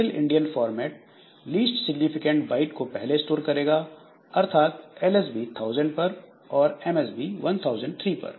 little endian format least significant byte को पहले store करेगा अर्थात एलएसबी 1000 पर और एमएसबी 1003 पर